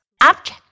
Object